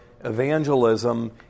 evangelism